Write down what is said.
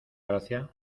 gracia